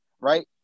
Right